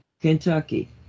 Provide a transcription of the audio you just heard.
Kentucky